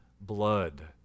blood